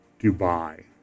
Dubai